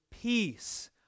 peace